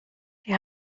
die